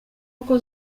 kuko